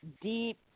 deep